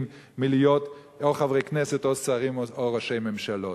מלהיות או חברי כנסת או שרים או ראשי ממשלות.